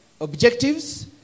Objectives